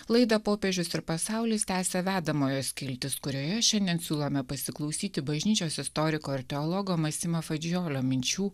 laidą popiežius ir pasaulis tęsia vedamojo skiltis kurioje šiandien siūlome pasiklausyti bažnyčios istoriko ir teologo masimo fadžiolio minčių